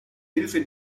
hilfe